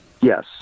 yes